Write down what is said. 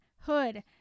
Hood